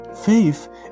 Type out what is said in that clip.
faith